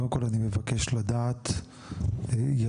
קודם כל אני מבקש לדעת יריב,